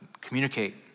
communicate